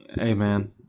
Amen